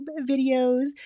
videos